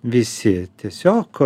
visi tiesiog